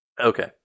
Okay